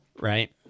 right